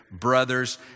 brothers